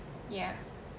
ya